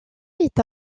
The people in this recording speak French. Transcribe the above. est